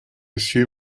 assume